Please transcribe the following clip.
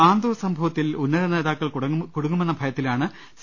ആന്തൂർ സംഭവത്തിൽ ഉന്നത നേതാക്കൾ കുടുങ്ങു മെന്ന ഭയത്തിലാണ് സി